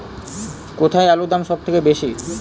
কোথায় আলুর দাম সবথেকে বেশি?